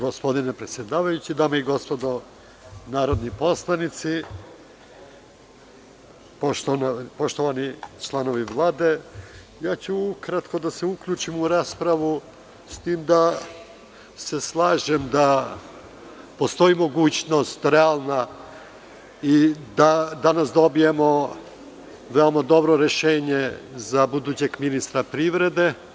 Hvala, gospodine predsedavajući, dame i gospodo narodni poslanici, poštovani članovi Vlade, ukratko ću da se uključim u raspravu, s tim da se slažem da postoji mogućnost realna i da danas dobijamo veoma dobro rešenje za budućeg ministra privrede.